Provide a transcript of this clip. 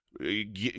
get